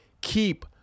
keep